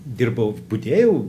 dirbau budėjau